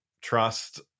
trust